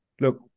look